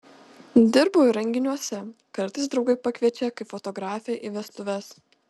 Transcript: dirbu ir renginiuose kartais draugai pakviečia kaip fotografę į vestuves